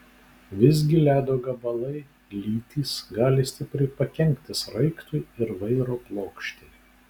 visgi ledo gabalai lytys gali stipriai pakenkti sraigtui ir vairo plokštei